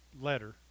letter